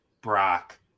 Brock